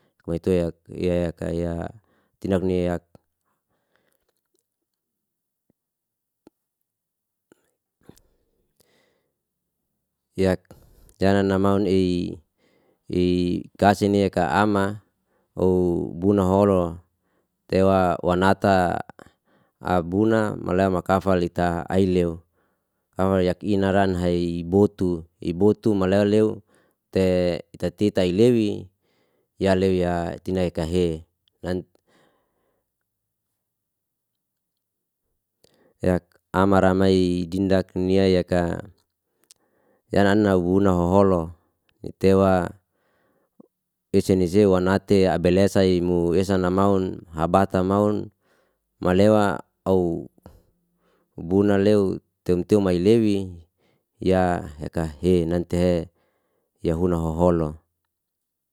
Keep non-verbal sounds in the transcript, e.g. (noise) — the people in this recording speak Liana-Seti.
Maitua yak (hesitation) kaya tinak yak (hesitation) yana na maun (hesitation) kasi ni'e ka ama (hesitation) buna holo tewa wanata abuna ma leu mala makafa lita ai leu (unintelligible) yak i'nan ra haibotu (hesitation) ibotu maleu leu te ita titai lewi ya leu ya tina yaka he (hesitation) yak amara hai dindak ni yayaka yanana bubuna hoholo nitewa ese ni sewa wan ate abel esa'i mu esa na maun habata maun malewa au buna leu temteu mai lewi ya yaka he nanti he yahuna hoholo.